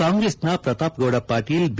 ಕಾಂಗ್ರೆಸ್ನ ಪ್ರತಾಪ್ಗೌಡ ಪಾಟೀಲ್ ಬಿ